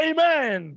Amen